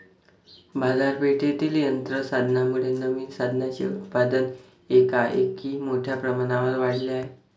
बाजारपेठेतील यंत्र साधनांमुळे नवीन साधनांचे उत्पादन एकाएकी मोठ्या प्रमाणावर वाढले आहे